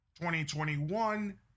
2021